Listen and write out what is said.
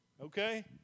okay